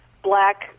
black